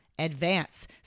Advance